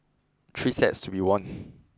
three sets to be won